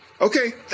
Okay